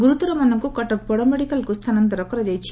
ଗୁରୁତରମାନଙ୍କୁ କଟକ ବଡ ମେଡିକାଲକୁ ସ୍ଥାନାନ୍ତର କରାଯାଇଛି